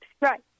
right